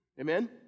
Amen